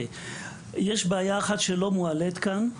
יש בעיה אחת, שלא מועלית כאן,